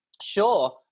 sure